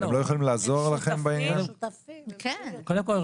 הם לא יכולים לעזור לכם בעניין --- קודם כל,